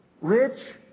rich